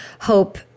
hope